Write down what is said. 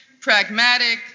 pragmatic